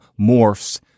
morphs